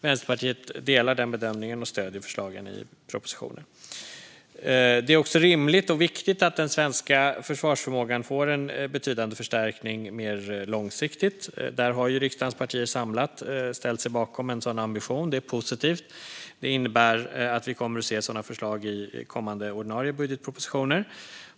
Vänsterpartiet delar den bedömningen och stöder förslagen i propositionen. Det är också rimligt och viktigt att den svenska försvarsförmågan får en betydande förstärkning mer långsiktigt. Där har riksdagens partier samlat ställt sig bakom en sådan ambition. Det är positivt. Det innebär att vi kommer att se sådana förslag i kommande ordinarie budgetpropositioner.